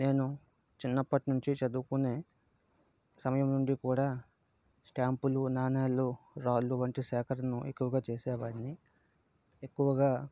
నేను చిన్నప్పటి నుంచి చదువుకునే సమయం నుండి కూడా స్టాంపులు నాణేలు రాళ్లు వంటి సేకరణ ఎక్కువగా చేసేవాడిని ఎక్కువగా